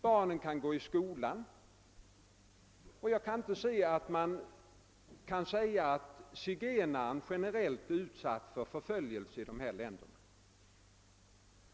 Barnen kan gå i skola, och jag kan inte förstå att man kan säga att zigenarna generellt är utsatta för förföljelse i dessa länder.